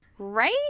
Right